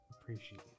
appreciate